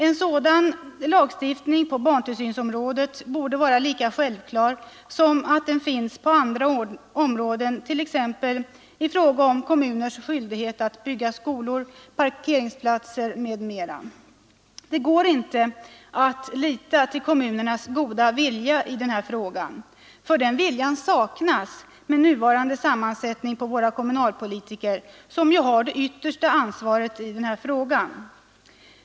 En sådan lagstiftning på barntillsynsområdet borde vara lika självklar som lagstiftning på andra områden, t.ex. i fråga om kommuners skyldighet att bygga skolor och parkeringsplatser. Det går inte att lita till kommunernas goda vilja härvidlag, för den viljan saknas med nuvarande sammansättning av våra kommunala beslutsorgan, som har det yttersta ansvaret i den här frågan.